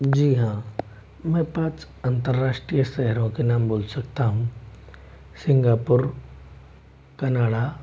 जी हाँ मैं पाँच अंतर्राष्ट्रीय शहरों के नाम बोल सकता हूँ सिंगापुर कनाडा